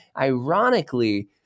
Ironically